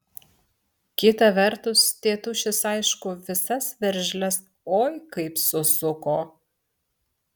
kita vertus tėtušis aišku visas veržles oi kaip susuko